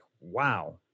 wow